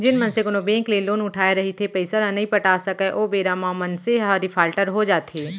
जेन मनसे कोनो बेंक ले लोन उठाय रहिथे पइसा ल नइ पटा सकय ओ बेरा म मनसे ह डिफाल्टर हो जाथे